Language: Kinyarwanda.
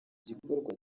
gikorwa